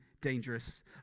dangerous